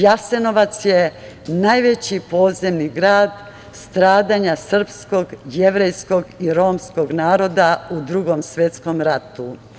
Jasenovac je najveći podzemni grad stradanja srpskog, jevrejskog i romskog naroda u Drugom svetskom ratu.